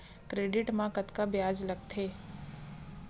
Credit मा कतका ब्याज लगथे?